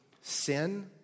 sin